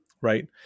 Right